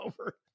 over